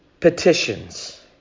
Petitions